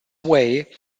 way